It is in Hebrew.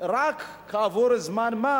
רק כעבור זמן מה